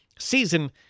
season